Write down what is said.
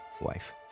wife